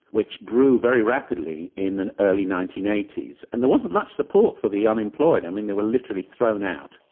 which grew very rapidly in the early nineteen eighty s. and there wasn't much support for the unemployed. i mean they were literally thrown out.